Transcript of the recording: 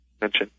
mention